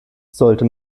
sollte